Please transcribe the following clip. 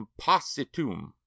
impositum